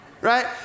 right